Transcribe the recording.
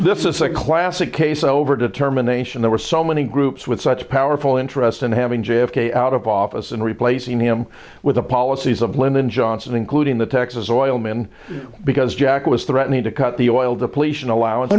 this is a classic case over determination there were so many groups with such powerful interests in having j f k out of office and replacing him with the policies of lyndon johnson including the texas oil man because jack was threatening to cut the oil depletion allowance